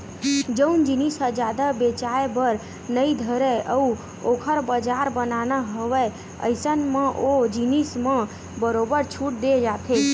जउन जिनिस ह जादा बेचाये बर नइ धरय अउ ओखर बजार बनाना हवय अइसन म ओ जिनिस म बरोबर छूट देय जाथे